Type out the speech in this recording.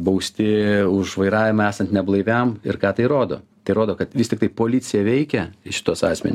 bausti už vairavimą esant neblaiviam ir ką tai rodo tai rodo kad vis tiktai policija veikia šituos asmeni